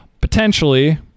potentially